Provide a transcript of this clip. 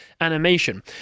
Animation